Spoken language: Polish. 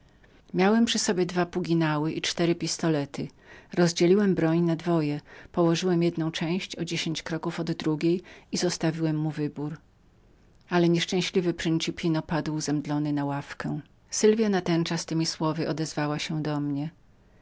miałem na sobie dwa puginały i cztery pistolety rozdzieliłem broń moją na dwoje położyłem jedną część o dziesięć kroków od drugiej i zostawiłem mu wybór ale nieszczęśliwy principino padł zemdlony na ławkę sylwia natenczas temi słowy odezwała się do mnie